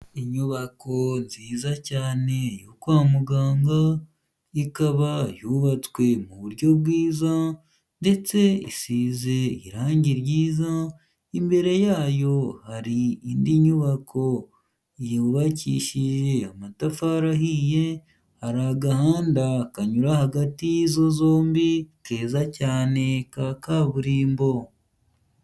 Inyubako nziza cyane yo kwa muganga ikaba yubatswe mu buryo bwiza, ndetse isize irangi ryiza imbere yayo hari indi nyubako yubakishije amatafari ahiye, hari agahanda kanyura hagati y'izo zombi keza cyane ka kaburimbo.